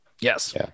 Yes